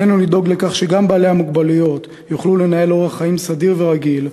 עלינו לדאוג לכך שגם בעלי המוגבלויות יוכלו לנהל אורח חיים סדיר ורגיל,